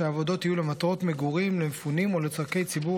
שהעבודות יהיו למטרות מגורים למפונים או לצורכי ציבור